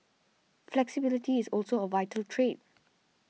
flexibility is also a vital trait